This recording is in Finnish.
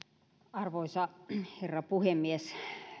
arvoisa herra puhemies